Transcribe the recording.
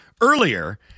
earlier